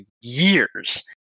years